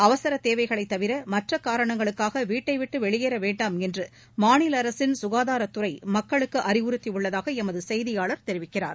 அவசர தேவைகளை தவிர மற்ற காரணங்களுக்காக வீட்ளடவிட்டு வெளியேற வேண்டாம் என்று மாநில அரசின் சுகாதாரத்துறை மக்களுக்கு அறிவுறுத்தி உள்ளதாக எமது செய்தியாளர் தெரிவிக்கிறார்